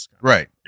Right